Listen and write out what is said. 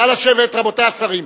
נא לשבת, רבותי השרים.